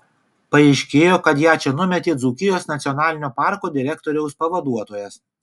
paaiškėjo kad ją čia numetė dzūkijos nacionalinio parko direktoriaus pavaduotojas